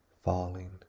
Falling